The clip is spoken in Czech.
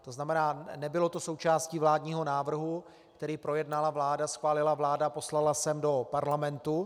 To znamená, nebylo to součástí vládního návrhu, který projednala a schválila vláda, poslala sem do Parlamentu.